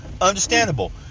Understandable